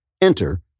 enter